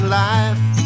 life